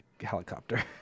Helicopter